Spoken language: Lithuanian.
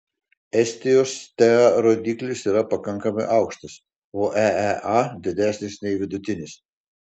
estijos tea rodiklis yra pakankamai aukštas o eea didesnis nei vidutinis